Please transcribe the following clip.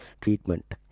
treatment